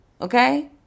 Okay